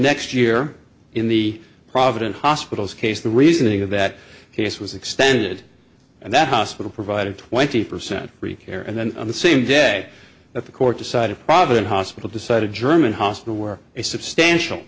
next year in the providence hospitals case the reasoning of that case was extended and that hospital provided twenty percent free care and then on the same day that the court decided providence hospital decided german hospital where a substantial